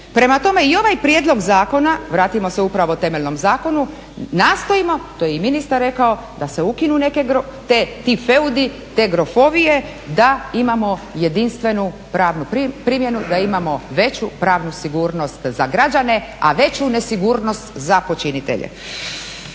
Prema tome i ovaj prijedlog zakona, vratimo se upravo temeljenom zakonu nastojimo, to je i ministar rekao, da se ukinu ti feudi, te grofovije da imamo jedinstvenu pravnu primjenu, da imamo veću pravnu sigurnost za građane, a veću nesigurnost za počinitelje.